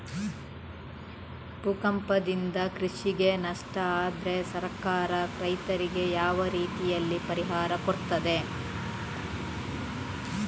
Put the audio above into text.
ಭೂಕಂಪದಿಂದ ಕೃಷಿಗೆ ನಷ್ಟ ಆದ್ರೆ ಸರ್ಕಾರ ರೈತರಿಗೆ ಯಾವ ರೀತಿಯಲ್ಲಿ ಪರಿಹಾರ ಕೊಡ್ತದೆ?